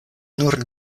nur